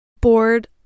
board